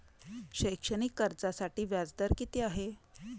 शैक्षणिक कर्जासाठी व्याज दर किती आहे?